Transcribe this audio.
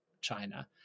China